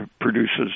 produces